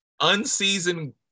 Unseasoned